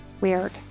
weird